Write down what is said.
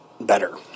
better